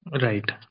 Right